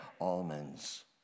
almonds